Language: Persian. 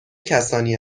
کسانی